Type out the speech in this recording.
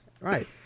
right